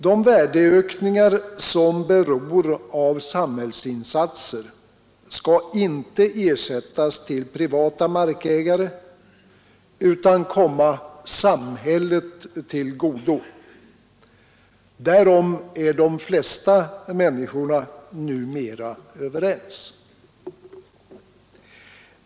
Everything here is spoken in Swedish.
De värdeökningar som beror av samhällsinsatser skall inte ersättas till privata markägare utan komma samhället till godo — därom är de flesta människor numera överens.